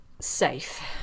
safe